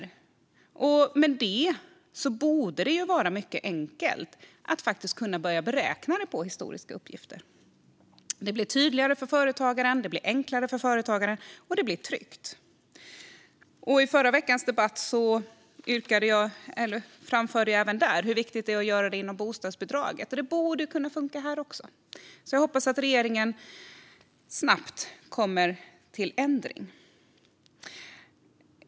I och med det borde det vara mycket enkelt att börja göra beräkningar på historiska uppgifter. Det blir tydligare och enklare för företagaren, och det blir tryggt. I förra veckans debatt framförde jag hur viktigt det är att göra detta inom bostadsbidraget. Det borde kunna funka här också. Jag hoppas att regeringen gör en förändring snabbt.